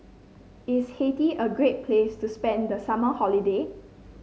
is Haiti a great place to spend the summer holiday